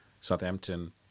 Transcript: Southampton